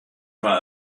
war